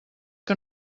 que